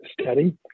steady